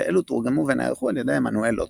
ואלו תורגמו ונערכו על ידי עמנואל לוטם.